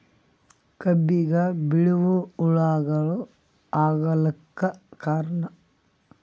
ಕಬ್ಬಿಗ ಬಿಳಿವು ಹುಳಾಗಳು ಆಗಲಕ್ಕ ಕಾರಣ?